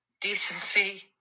decency